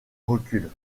recule